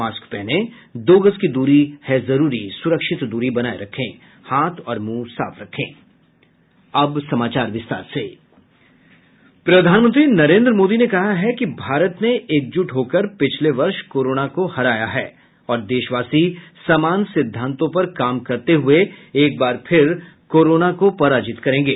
mask पहनें दो गज दूरी है जरूरी सुरक्षित दूरी बनाये रखें हाथ और मुंह साफ रखें प्रधानमंत्री नरेन्द्र मोदी ने कहा है कि भारत ने एकजुट होकर पिछले वर्ष कोरोना को हराया है और देशवासी समान सिद्धांतों पर काम करते हुए एक बार फिर कोरोना को पराजित करेंगे